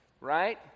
right